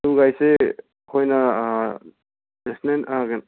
tour ꯒꯥꯏꯠꯁꯦ ꯑꯩꯈꯣꯏꯅ national